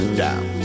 down